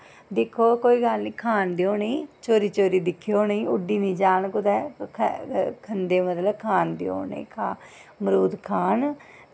दिक्खो कोई गल्ल निं खान देओ उ'नें ई चोरी चोरी दिक्खेओ उ'नें ई उड्ढी निं जान कुदै खंदे मतलब खान देओ उ'नें ई मरूद खान